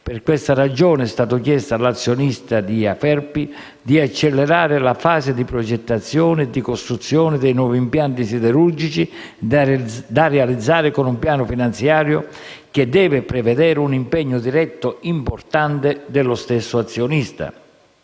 Per questa ragione è stato chiesto all'azionista di Aferpi di accelerare la fase di progettazione e di costruzione dei nuovi impianti siderurgici, da realizzare con un piano finanziario che deve prevedere un impegno diretto importante dello stesso azionista.